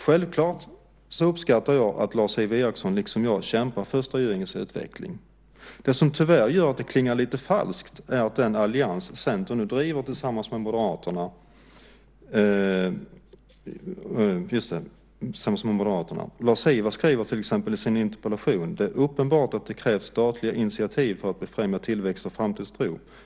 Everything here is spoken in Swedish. Självklart uppskattar jag att Lars-Ivar Ericson liksom jag kämpar för Östra Göinges utveckling. Det som tyvärr gör att det klingar lite falskt är den allians som Centern nu driver tillsammans med Moderaterna. Lars-Ivar skriver till exempel i sin interpellation att "det är uppenbart att det krävs statliga initiativ för att befrämja tillväxt och framtidstro".